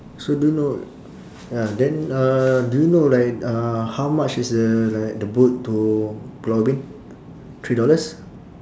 so do you know ya then uh do you know like uh how much is the like the boat to pulau ubin three dollars